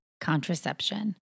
Contraception